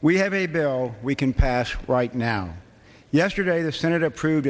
we have a bill we can pass right now yesterday the senate approve